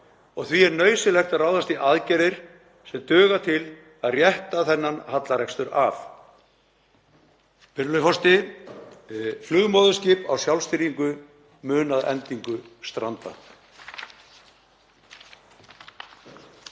Því er nauðsynlegt að ráðast í aðgerðir sem duga til að rétta þennan hallarekstur af. Virðulegur forseti. Flugmóðurskip á sjálfstýringu mun að endingu stranda.